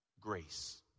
Grace